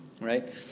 right